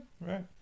right